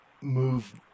move